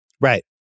Right